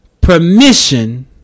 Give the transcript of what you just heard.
permission